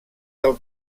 del